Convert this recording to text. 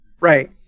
right